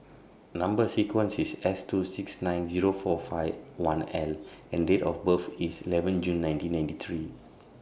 Number sequence IS S two six nine Zero four five one L and Date of birth IS eleven June nineteen ninety three